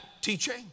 teaching